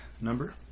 number